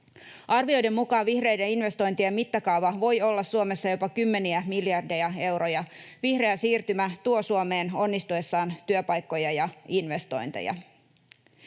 Arvioiden mukaan vihreiden investointien mittakaava voi olla Suomessa jopa kymmeniä miljardeja euroja. Vihreä siirtymä tuo Suomeen onnistuessaan työpaikkoja ja investointeja.